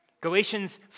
Galatians